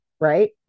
right